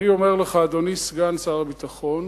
אני אומר לך, אדוני סגן שר הביטחון,